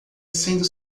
sendo